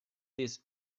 this